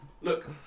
Look